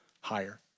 higher